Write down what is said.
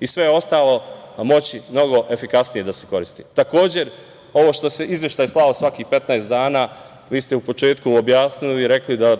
i sve ostalo moći mnogo efikasnije da se koristi. Takođe, ovo što se izveštaj slao svakih 15 dana, vi ste u početku objasnili i rekli da